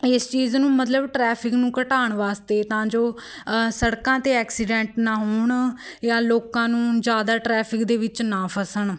ਇਸ ਚੀਜ਼ ਨੂੰ ਮਤਲਬ ਟਰੈਫਿਕ ਨੂੰ ਘਟਾਉਣ ਵਾਸਤੇ ਤਾਂ ਜੋ ਸੜਕਾਂ 'ਤੇ ਐਕਸੀਡੈਂਟ ਨਾ ਹੋਣ ਜਾਂ ਲੋਕਾਂ ਨੂੰ ਜ਼ਿਆਦਾ ਟਰੈਫਿਕ ਦੇ ਵਿੱਚ ਨਾ ਫਸਣ